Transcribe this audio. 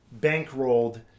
bankrolled